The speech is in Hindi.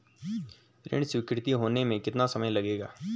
ऋण स्वीकृति होने में कितना समय लगेगा?